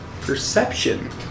Perception